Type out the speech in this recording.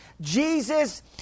Jesus